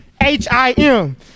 H-I-M